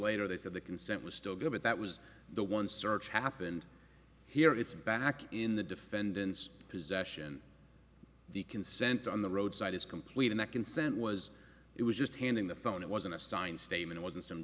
later they said the consent was still good but that was the one search happened here it's back in the defendant's possession the consent on the roadside is complete in that consent was it was just handing the phone it wasn't a signed statement wasn't some